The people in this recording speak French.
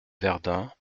verdun